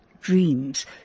dreams